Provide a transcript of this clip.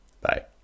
Bye